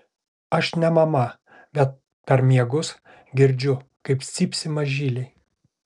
aš ne mama bet per miegus girdžiu kaip cypsi mažyliai